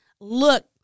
look